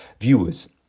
viewers